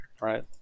right